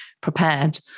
prepared